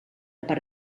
per